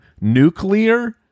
nuclear